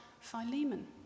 Philemon